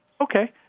Okay